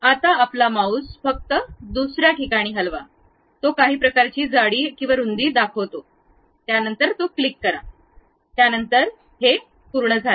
आता आपला माउस फक्त दुसर्या ठिकाणी हलवा तो काही प्रकारची जाडी रुंदी दाखवते नंतर क्लिक करा त्यानंतर हे झाले